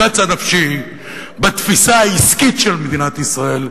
קצה נפשי בתפיסה העסקית של מדינת ישראל,